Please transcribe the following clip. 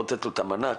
את המענק,